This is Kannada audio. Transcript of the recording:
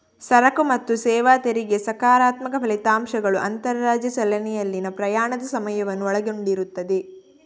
ಸರಕು ಮತ್ತು ಸೇವಾ ತೆರಿಗೆ ಸಕಾರಾತ್ಮಕ ಫಲಿತಾಂಶಗಳು ಅಂತರರಾಜ್ಯ ಚಲನೆಯಲ್ಲಿನ ಪ್ರಯಾಣದ ಸಮಯವನ್ನು ಒಳಗೊಂಡಿರುತ್ತದೆ